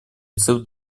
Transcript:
рецепт